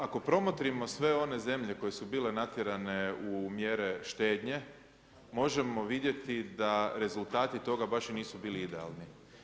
Ako promotrimo sve one zemlje koje su bile natjerane u mjere štednje, možemo vidjeti da rezultati toga baš i nisu bili idealni.